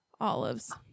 Olives